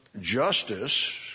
justice